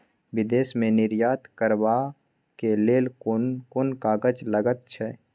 विदेश मे निर्यात करबाक लेल कोन कोन कागज लगैत छै